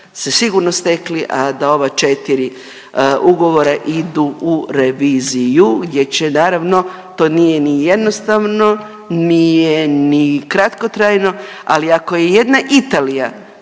se sigurno stekli, a da ova četri ugovora idu u reviziju gdje će naravno to nije ni jednostavno nije ni kratkotrajno. Ali ako je jedna Italija